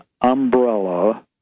umbrella